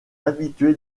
habitué